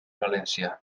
valencià